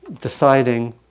deciding